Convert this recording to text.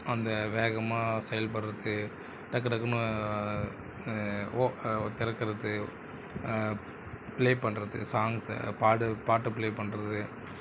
அந்த வேகமாக செயல்படுவது டக்கு டக்குனு ஓ ஓ திறக்கறது ப்ளே பண்ணுறது சாங்ஸை பாடு பாட்டு ப்ளே பண்ணுறது